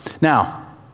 Now